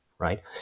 right